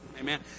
Amen